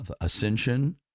ascension